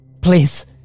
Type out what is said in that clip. Please